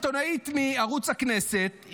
עיתונאית מערוץ הכנסת,